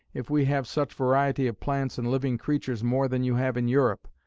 if we have such variety of plants and living creatures more than you have in europe,